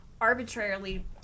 arbitrarily